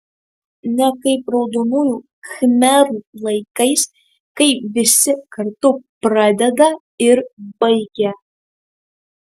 ne kaip raudonųjų khmerų laikais kai visi kartu pradeda ir baigia